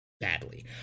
Badly